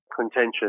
contentious